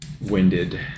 winded